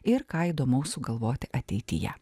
ir ką įdomaus sugalvoti ateityje